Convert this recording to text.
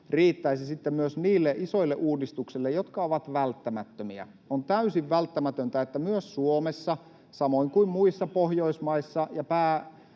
riittäisi sitten myös niille isoille uudistuksille, jotka ovat välttämättömiä. [Seppo Eskelisen välihuuto] On täysin välttämätöntä, että myös meillä Suomessa — samoin kuin muissa Pohjoismaissa